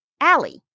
alley